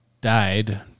died